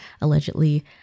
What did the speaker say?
Allegedly